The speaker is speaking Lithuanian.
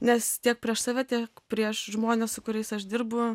nes tiek prieš save tiek prieš žmones su kuriais aš dirbu